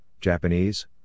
Japanese